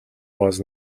was